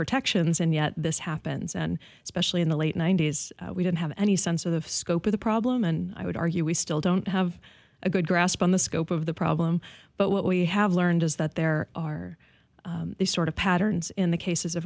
protections and yet this happens and especially in the late ninety's we didn't have any sense of the scope of the problem and i would argue we still don't have a good grasp on the scope of the problem but what we have learned is that there are these sort of patterns in the cases